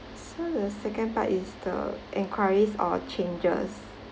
so the second part is the enquiries or changes